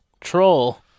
troll